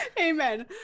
Amen